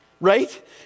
Right